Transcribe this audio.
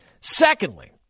Secondly